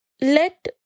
let